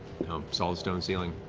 solid stone ceiling.